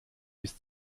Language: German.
bis